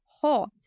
hot